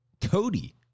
Cody